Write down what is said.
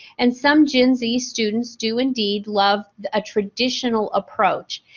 and, some gen z students do indeed love a traditional approach.